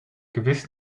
gewiss